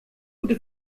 gute